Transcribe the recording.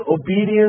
obedience